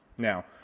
Now